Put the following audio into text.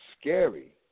scary